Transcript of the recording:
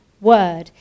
word